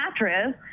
mattress